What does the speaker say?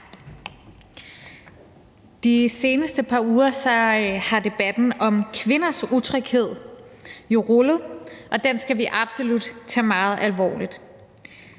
De seneste par uger har debatten om kvinders utryghed jo rullet, og den skal vi absolut tage meget alvorligt.